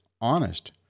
honest